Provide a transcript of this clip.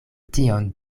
tion